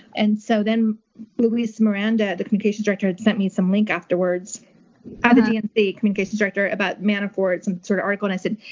and so then luis miranda, the communications director, sent me some link afterwards ah the dnc communications director about manafort, some kind sort of article. and i said,